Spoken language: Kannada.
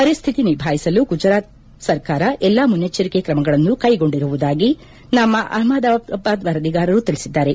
ಪರಿಸ್ಥಿತಿ ನಿಭಾಯಿಸಲು ಗುಜರಾತ್ ಸರ್ಕಾರ ಎಲ್ಲಾ ಮನ್ನೆಚ್ಚರಿಕೆ ತ್ರಮಗಳನ್ನು ಕೈಗೊಂಡಿರುವುದಾಗಿ ನಮ್ಮ ಅಹ್ಮದಾಬಾದ್ ವರದಿಗಾರರು ತಿಳಿಸಿದ್ದಾರೆ